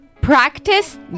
Practice